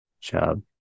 job